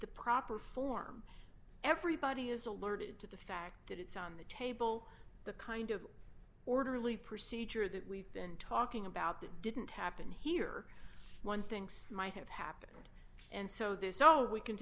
the proper form everybody is alerted to the fact that it's on the table the kind of orderly procedure that we've been talking about that didn't happen here one thinks might have happened and so th